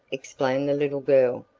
explained the little girl.